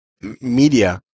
media